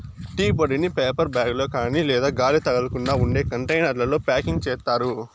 tea పొడిని paper bag లో కాని లేదా గాలి తగలకుండా ఉండే కంటైనర్లలో ప్యాకింగ్ చేత్తారు